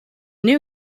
new